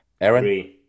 Aaron